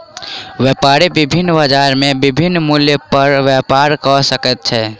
व्यापारी विभिन्न बजार में विभिन्न मूल्य पर व्यापार कय सकै छै